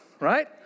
right